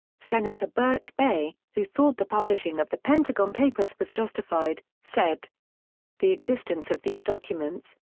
senator birch bayh, who thought the publishing of the pentagon papers was justified, said the existence of these documents,